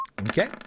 Okay